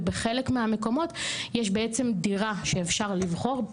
ובחלק מהמקומות יש בעצם דירה שאפשר לבחור.